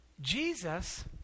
Jesus